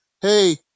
hey